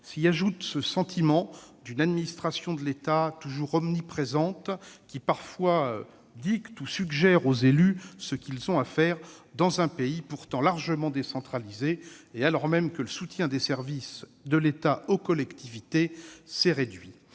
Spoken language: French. S'y ajoute ce sentiment d'une administration de l'État toujours omniprésente, qui suggère ou dicte aux élus ce qu'ils ont à faire dans un pays pourtant largement décentralisé et alors même que le soutien des services de l'État aux collectivités s'est réduit.